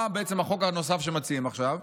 מהו בעצם החוק הנוסף שמציעים עכשיו?